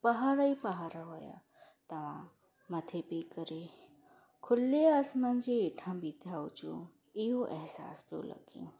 पहाड़ ई पहाड़ हुआ तव्हां मथे बिह करे खुले आसमान जे हेठां बीठा हुजो इहो एहिसासु पियो लॻे